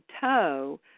toe